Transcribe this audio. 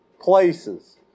places